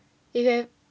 if you have